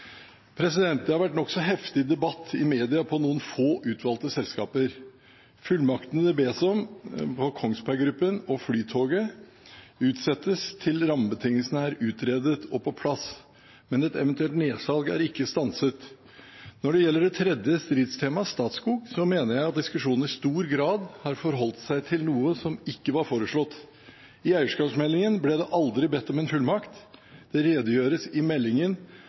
Det har vært nokså heftig debatt i media om noen få utvalgte selskaper. Fullmaktene det bes om for Kongsberg Gruppen og Flytoget, utsettes til rammebetingelsene er utredet og på plass, men et eventuelt nedsalg er ikke stanset. Når det gjelder det tredje stridstemaet, Statskog, mener jeg at diskusjonen i stor grad har forholdt seg til noe som ikke var foreslått. I eierskapsmeldingen ble det aldri bedt om en fullmakt. Det redegjøres i meldingen